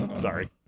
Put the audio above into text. Sorry